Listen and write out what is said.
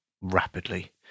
rapidly